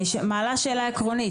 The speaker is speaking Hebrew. אני מעלה שאלה עקרונית,